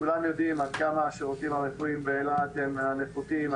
כולם יודעים עד כמה השירותים הרפואיים באילת הם מהנחותים.